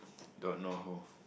don't know who